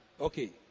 okay